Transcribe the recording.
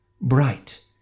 Bright